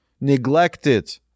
neglected